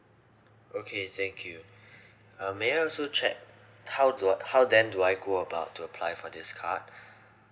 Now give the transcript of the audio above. okay thank you um may I also check how do how then do I go about to apply for this card